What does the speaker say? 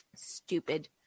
stupid